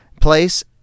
place